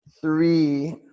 Three